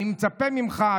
אני מצפה ממך,